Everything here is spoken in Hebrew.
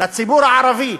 לציבור הערבי,